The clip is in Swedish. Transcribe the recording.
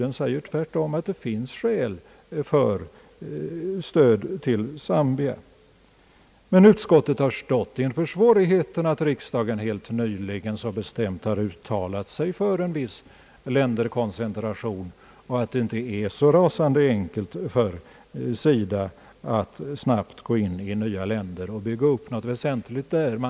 Tvärtom säger utskottet att det finns skäl för stöd till Zambia. Men utskottet har stått inför svårigheten att riksdagen helt nyligen så bestämt uttalat sig för en viss länderkoncentration och att det inte är så rasande enkelt för SIDA att snabbt gå in i nya länder och bygga upp något väsentligt där.